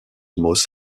moss